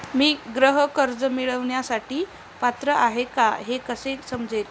मी गृह कर्ज मिळवण्यासाठी पात्र आहे का हे कसे समजेल?